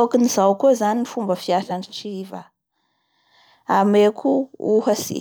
Ôkan'izao koa zany ny fomba fiasan'ny siva. Ameko ohatsy.